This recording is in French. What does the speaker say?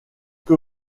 que